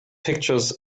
pictures